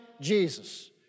Jesus